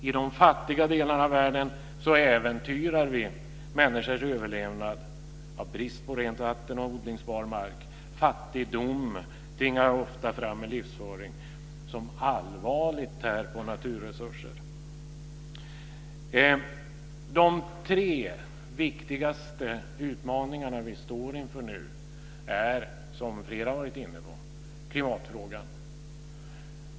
I de fattiga delarna av världen äventyrar vi människors överlevnad genom brist på rent vatten och odlingsbar mark. Fattigdom tvingar ofta fram en livsföring som allvarligt tär på naturresurser. De tre viktigaste utmaningarna som vi nu står inför är som flera har varit inne på klimatfrågan.